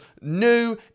new